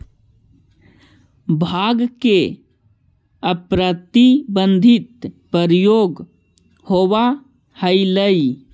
भाँग के अप्रतिबंधित प्रयोग होवऽ हलई